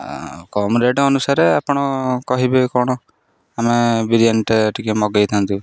ଆ କମ୍ ରେଟ୍ ଅନୁସାରେ ଆପଣ କହିବେ କ'ଣ ଆମେ ବିରିୟାନୀଟା ଟିକେ ମଗେଇଥାନ୍ତୁ